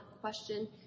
question